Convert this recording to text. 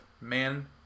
Man